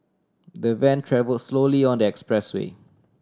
the van travel slowly on the expressway